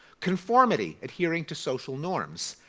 conformity, adhering to social norms.